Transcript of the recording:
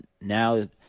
now